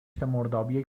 مردابی